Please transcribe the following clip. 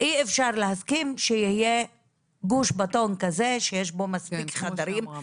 אי אפשר להסכים שיהיה גוש בטון כזה שיש פה מספיק חדרים,